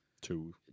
two